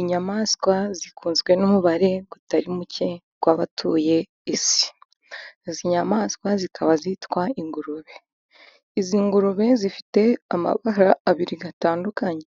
Inyamaswa zikozwe n' umubare utari muke w' abatuye isi izi nyamaswa zikaba zitwa ingurube, izi ngurube zifite amabara abiri atandukanye